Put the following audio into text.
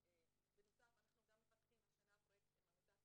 המקום הוא של משרדים אחרים הייעודיים,